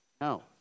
No